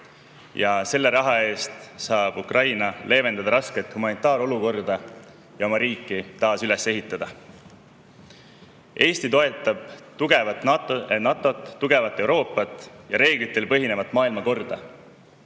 selle raha eest saab Ukraina leevendada rasket humanitaarolukorda ja oma riiki taas üles ehitada. Eesti toetab tugevat NATO-t, tugevat Euroopat ja reeglitel põhinevat maailmakorda.